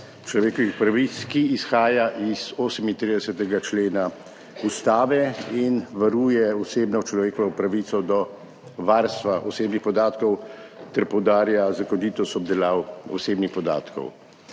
človekovih pravic, ki izhaja iz 38. člena Ustave in varuje človekovo pravico do varstva osebnih podatkov ter poudarja zakonitost obdelav osebnih podatkov.